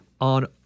on